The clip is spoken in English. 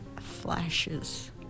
Flashes